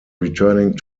returning